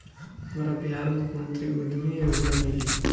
हमरा बिहार मुख्यमंत्री उद्यमी योजना मिली?